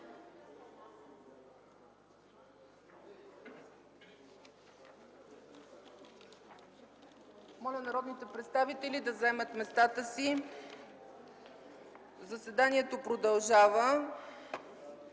Моля народните представители да заемат местата си. Заседанието продължава.